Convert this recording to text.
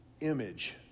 image